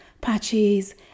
patches